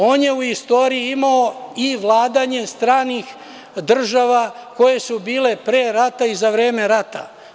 On je u istoriji imao i vladanje stranih država koje su bile pre rata i za vreme rata.